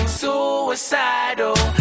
suicidal